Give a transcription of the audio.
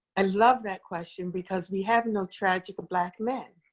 and love that question because we have no tragic black men.